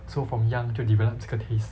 so from young 就 develop 这个 taste